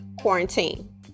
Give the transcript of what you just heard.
quarantine